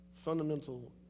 fundamental